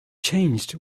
changed